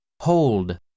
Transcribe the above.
Hold